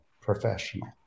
professional